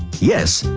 yes,